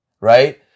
right